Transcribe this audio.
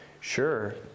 Sure